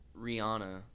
Rihanna